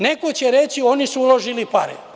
Neko će reći – oni su uložili pare.